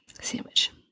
Sandwich